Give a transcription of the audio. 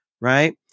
right